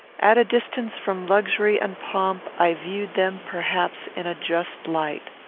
at a distance from luxury and pomp, i viewed them, perhaps, in a just light.